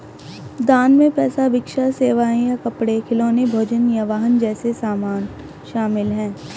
दान में पैसा भिक्षा सेवाएं या कपड़े खिलौने भोजन या वाहन जैसे सामान शामिल हैं